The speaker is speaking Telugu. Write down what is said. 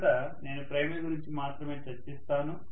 మొదట నేను ప్రైమరీ గురించి మాత్రమే చర్చిస్తాను